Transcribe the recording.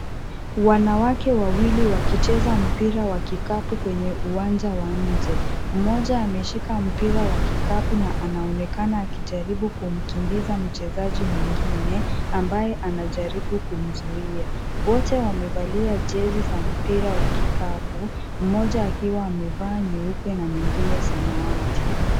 Wanawake wawili wakicheza mpira wa kikapu kwenye uwanja wa nje. Mmoja ameshika mpira wa kikapu na anaonekana akijaribu kumkimbiza mchezaji mwingine, ambaye anajaribu kumzuia. Wote wamevalia jezi za mpira wa kikapu, mmoja akiwa amevaa nyeupe na mwingine samawati.